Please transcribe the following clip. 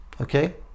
okay